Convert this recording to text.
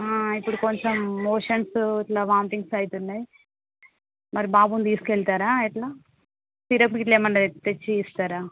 ఇప్పుడు కొంచెం మోషన్స్ ఇట్లా వాంతింగ్స్ అవుతున్నాయి మరి బాబుని తీసుకెళ్తారా ఎట్లా సిరప్ గిట్ల తెచ్చి ఇస్తారా